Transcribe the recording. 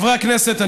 חברי הכנסת,